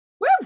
Woo